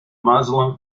muslim